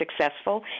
successful